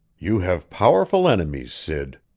you have powerful enemies, sid.